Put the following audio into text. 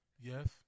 Yes